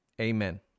Amen